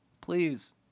Please